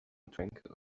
tranquil